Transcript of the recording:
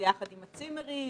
ביחד עם הצימרים?